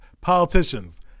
Politicians